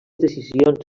decisions